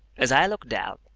as i looked out,